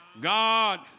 God